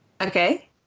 Okay